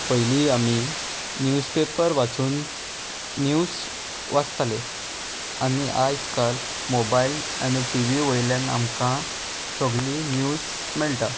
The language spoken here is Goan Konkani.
पयली आमी न्यूजपेपर वाचून न्यूज वाचताले आनी आयज काल मोबायल आनी टि वी वयल्यान आमकां सोगली न्यूज मेळटा